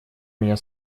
меня